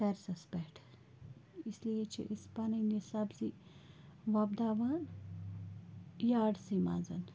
ٹٮ۪رِسَس پٮ۪ٹھ اس لیے چھِ أسۍ پَنٕنۍ یہِ سبزی وۄپداوان یاڈسٕے منٛز